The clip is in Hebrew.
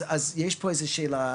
אז יש פה איזו שאלה,